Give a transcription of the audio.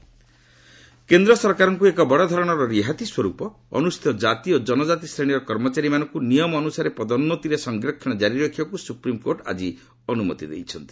SC reservation କେନ୍ଦ୍ର ସରକାରଙ୍କୁ ଏକ ବଡ଼ଧରଣର ରିହାତି ସ୍ୱରୂପ ଅନୁସ୍ରଚୀତ କାତି ଓ ଜନଜାତି ଶ୍ରେଣୀର କର୍ମଚାରୀମାନଙ୍କୁ ନିୟମ ଅନୁସାରେ ପଦୋନ୍ଦତିରେ ସଂରକ୍ଷଣ ଜାରି ରଖିବାକୁ ସୁପ୍ରିମ୍କୋର୍ଟ ଆଜି ଅନୁମତି ଦେଇଛନ୍ତି